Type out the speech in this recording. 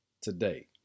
Today